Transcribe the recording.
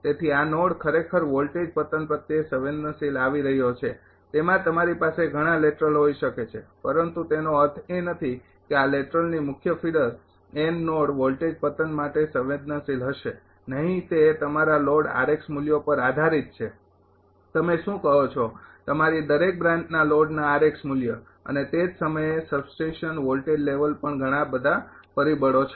તેથી આ નોડ ખરેખર વોલ્ટેજ પતન પ્રત્યે સંવેદનશીલ આવી રહ્યો છે તેમાં તમારી પાસે ઘણા લેટરલ હોઈ શકે છે પરંતુ તેનો અર્થ એ નથી કે આ લેટરલની મુખ્ય ફીડર n નોડ વોલ્ટેજ પતન માટે સંવેદનશીલ હશે નહીં તે તમારા લોડ મૂલ્યો પર આધારિત છે તમે શું કહો છો તમારી દરેક બ્રાન્ચના લોડના મૂલ્ય અને તે જ સમયે સબસ્ટેશન વોલ્ટેજ લેવલ પણ ઘણા બધા પરિબળો છે